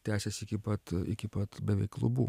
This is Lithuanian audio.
tęsėsi iki pat iki pat beveik lubų